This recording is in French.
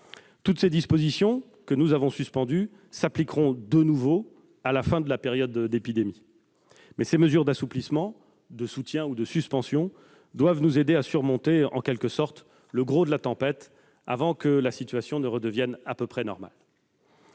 Toutes les dispositions que nous suspendons s'appliqueront de nouveau à la fin de la période d'épidémie, mais ces mesures d'assouplissement, de soutien ou de suspension doivent nous aider à passer le gros de la tempête, avant que la situation ne redevienne à peu près normale.